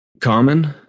Common